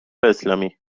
اسلامی